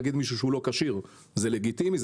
להגיד למישהו שהוא לא כשיר זה לגיטימי,